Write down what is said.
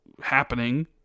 happening